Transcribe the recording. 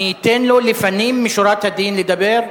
אני אתן לו, לפנים משורת הדין, לדבר.